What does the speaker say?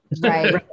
Right